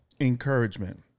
encouragement